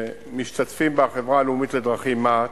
שמשתתפים בה החברה הלאומית לדרכים, מע"צ,